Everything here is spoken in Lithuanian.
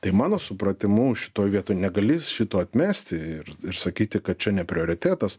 tai mano supratimu šitoj vietoj negali šito atmesti ir ir sakyti kad čia ne prioritetas